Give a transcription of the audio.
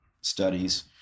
studies